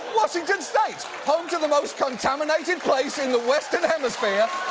washington state, home to the most contaminated place in the western hemisphere,